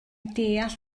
deall